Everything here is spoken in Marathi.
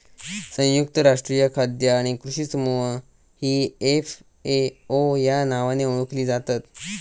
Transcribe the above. संयुक्त राष्ट्रीय खाद्य आणि कृषी समूह ही एफ.ए.ओ या नावाने ओळखली जातत